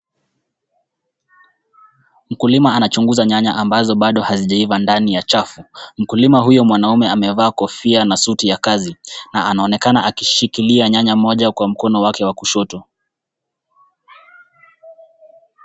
Mkulima anachunguza nyanya ambazo hazijaiva ndani ya chafu. Mkulima huyu mwanaume amevaa kofia na suti ya kazi na anaonekana akishikilia nyanya moja kwa mkono wake wa kushoto.